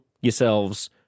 yourselves